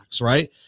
right